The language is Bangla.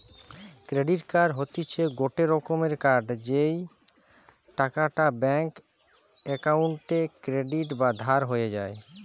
ক্রেডিট কার্ড হতিছে গটে রকমের কার্ড যেই টাকাটা ব্যাঙ্ক অক্কোউন্টে ক্রেডিট বা ধার হয়ে যায়